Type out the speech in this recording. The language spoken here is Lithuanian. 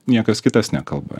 niekas kitas nekalba